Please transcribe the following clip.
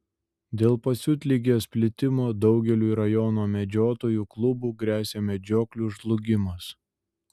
dėl pasiutligės plitimo daugeliui rajono medžiotojų klubų gresia medžioklių žlugimas